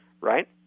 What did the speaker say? Right